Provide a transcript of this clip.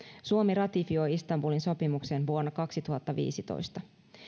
suomi ratifioi istanbulin sopimuksen vuonna kaksituhattaviisitoista